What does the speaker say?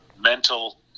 mental